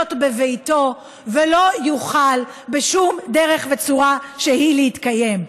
בביתו ולא יוכל בשום דרך וצורה שהיא להתקיים.